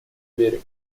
берег